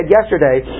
yesterday